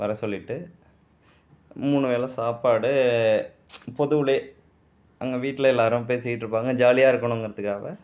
வர சொல்லிகிட்டு மூணு வேலை சாப்பாடு பொதுவுலே அங்கே வீட்டில் எல்லாரும் பேசிகிட்டு இருப்பாங்கள் ஜாலியாக இருக்கணுங்கிறதுக்காவ